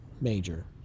major